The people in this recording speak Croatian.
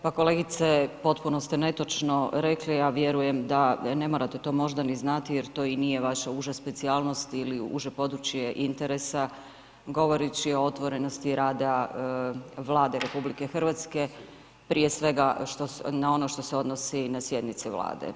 Pa kolegice potpuno ste netočno rekli, ja vjerujem da ne morate to možda ni znati jer to i nije vaša uža specijalnost ili uže područje interesa, govoreći o otvorenosti rada Vlade RH prije svega na ono što se odnosi na sjednici Vlade.